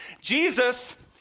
Jesus